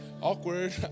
awkward